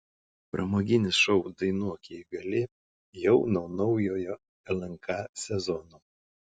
pramoginis šou dainuok jei gali jau nuo naujojo lnk sezono